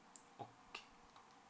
okay